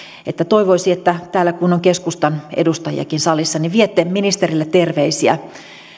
toivoisi että täällä kun on keskustan edustajiakin salissa niin viette ministerille terveisiä